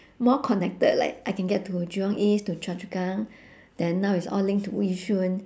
more connected like I can get to jurong east to chua chu kang then now is all linked to yishun